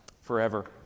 forever